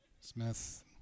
Smith